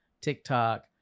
TikTok